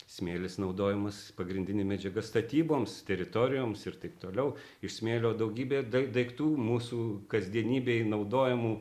smėlis naudojamas pagrindinė medžiaga statyboms teritorijoms ir taip toliau iš smėlio daugybė dai daiktų mūsų kasdienybėj naudojamų